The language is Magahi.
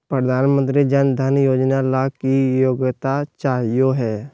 प्रधानमंत्री जन धन योजना ला की योग्यता चाहियो हे?